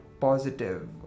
positive